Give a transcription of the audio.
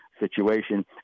Situation